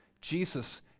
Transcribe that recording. Jesus